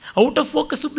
out-of-focus